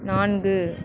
நான்கு